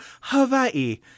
Hawaii